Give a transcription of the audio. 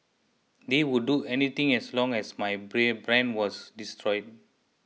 they would do anything as long as my brand was destroyed